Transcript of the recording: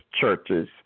churches